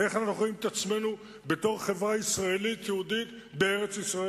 איך אנחנו רואים את עצמנו בתור חברה ישראלית-יהודית בארץ-ישראל.